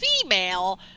female